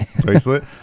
bracelet